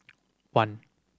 one